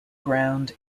ground